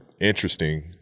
interesting